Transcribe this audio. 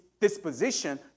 disposition